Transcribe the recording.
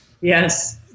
yes